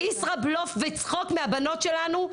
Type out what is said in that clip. ישראבלוף וצחוק מהבנות שלנו,